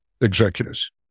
executives